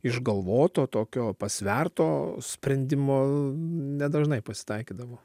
išgalvoto tokio pasverto sprendimo nedažnai pasitaikydavo